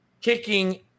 Kicking